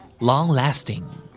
Long-lasting